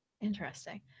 interesting